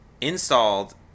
installed